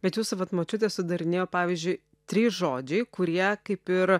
bet jūsų močiutė sudarinėjo pavyzdžiui trys žodžiai kurie kaip ir